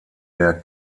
der